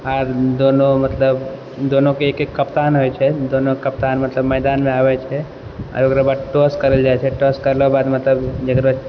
आर दोनो मतलब दोनोके एक एक कप्तान होइत छै दोनो कप्तान मतलब मैदानमे आबैत छै एकरा बाद टॉस करल जाइत छै टॉस करलाके बाद मतलब जकरो